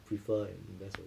prefer and invest for you